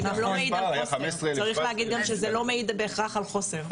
היה גם 15,000. צריך להגיד גם שזה לא מעיד בהכרח על חוסר.